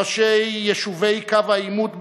ראשי יישובי קו העימות בדרום,